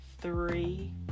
three